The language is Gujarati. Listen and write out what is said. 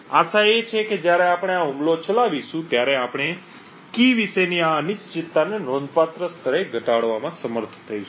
આશા એ છે કે જ્યારે આપણે આ હુમલો ચલાવીશું ત્યારે આપણે કી વિશેની આ અનિશ્ચિતતાને નોંધપાત્ર સ્તરે ઘટાડવામાં સમર્થ થઈશું